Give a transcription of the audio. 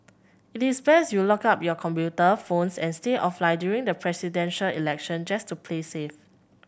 it is best you locked up your computer phones and stay offline during the Presidential Election just to play safe